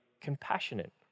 compassionate